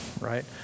right